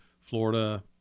Florida